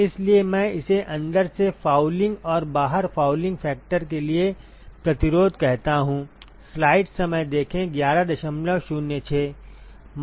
इसलिए मैं इसे अंदर से फाउलिंग और बाहर फाउलिंग फैक्टर के लिए प्रतिरोध कहता हूं